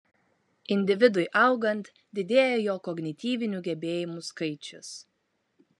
individui augant didėja jo kognityvinių gebėjimų skaičius